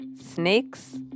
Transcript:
snakes